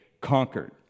conquered